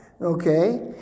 okay